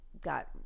got